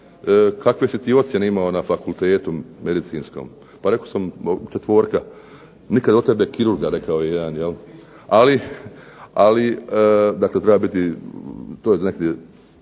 kakve si ti ocjene imao na fakultetu medicinskom. Pa rekao sam četvorka. Nikad od tebe kirurga rekao je jedan jel. Ali dakle treba biti, neki